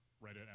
right